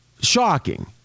Shocking